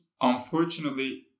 unfortunately